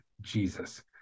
Jesus